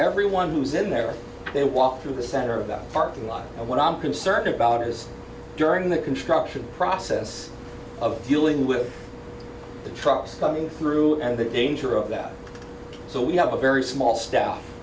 everyone who's in there they walk through the center of that parking lot what i'm concerned about is during the construction process of dealing with the trucks coming through and the danger of that so we have a very small staff